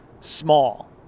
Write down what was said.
small